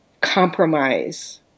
compromise